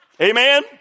Amen